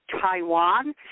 Taiwan